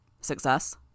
Success